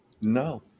No